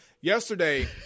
yesterday